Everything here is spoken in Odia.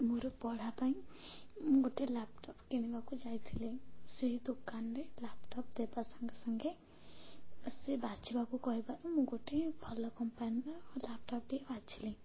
ମୋର ପଢ଼ା ପାଇଁ ମୁଁ ଗୋଟେ ଲ୍ୟାପଟପ୍ କିଣିବାକୁ ଯାଇଥିଲି ସେହି ଦୋକାନରେ ଲ୍ୟାପଟପ୍ ଦେବା ସଙ୍ଗେ ସଙ୍ଗେ ସେ ବାଛିବାକୁ କହିବାରୁ ମୁଁ ଗୋଟେ ଭଲ କମ୍ପାନୀର ଲାପଟପ୍ଟିଏ ବାଛିଲି